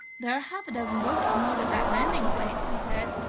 there are half a dozen boats moored at that landing place, he said,